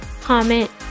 comment